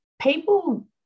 People